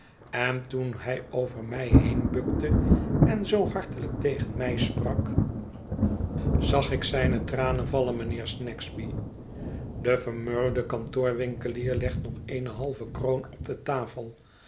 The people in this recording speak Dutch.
en toen hij over mij heen bukte en zoo hartelijk tegen mij sprak het verlaten huis zag ik zijne tranen vallen mijnheer snagsby do vermurwde kantoorwinkelier legt nog eene halve kroon op de tafel